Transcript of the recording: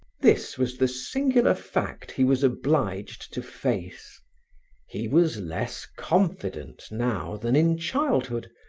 this was the singular fact he was obliged to face he was less confident now than in childhood,